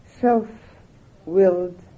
self-willed